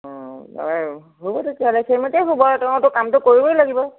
অঁ বাৰু হ'ব তেতিয়া হ'লে সেইমতেই হ'ব আৰু তেওটো কামটো কৰিবই লাগিব